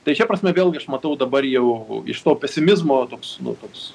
tai šia prasme vėlgi aš matau dabar jau iš to pesimizmo toks nu toks